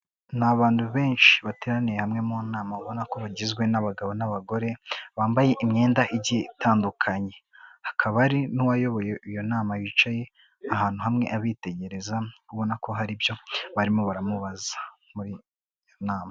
Ni abantu benshi bateraniye hamwe mu nama ubona ko bagizwe n'abagabo n'abagore, bambaye imyenda igiye itandukanye hakaba hari n'uwayoboye iyo nama yicaye ahantu hamwe abitegereza ubona ko hari ibyo barimo baramubaza muri iyo nama.